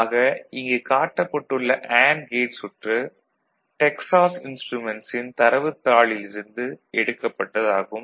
ஆக இங்கு காட்டப்பட்டுள்ள அண்டு கேட் சுற்று டெக்சாஸ் இன்ஸ்ட்ரூமென்ட்ஸ் ன் தரவுத் தாளில் இருந்து எடுக்கப்பட்டது ஆகும்